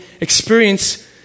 experience